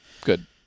Good